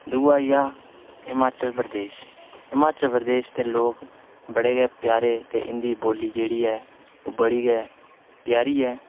दूआ होइया हिमाचल प्रदेश हिमाचल प्रदेश दे लोग बड़े गै प्यारे ते इ'न्दी बोली जेह्ड़ी ऐ ओह् बड़ी गै प्यारी ऐ